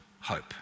hope